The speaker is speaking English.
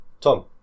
Tom